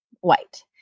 white